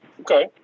Okay